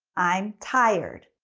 i'm tired.